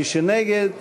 מי שנגד,